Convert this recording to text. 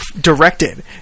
directed